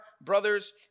brothers